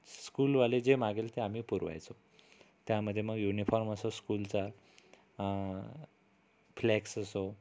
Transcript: स्कूलवाले जे मागेल ते आम्ही पुरवायचो त्यामधे मग युनिफॉर्म असो स्कूलचा फ्लेक्स असो